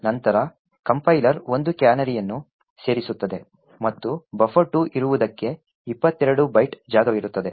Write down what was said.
ನಂತರ ಕಂಪೈಲರ್ ಒಂದು ಕ್ಯಾನರಿಯನ್ನು ಸೇರಿಸುತ್ತದೆ ಮತ್ತು buffer2 ಇರುವುದಕ್ಕೆ 22 ಬೈಟ್ ಜಾಗವಿರುತ್ತದೆ